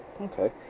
Okay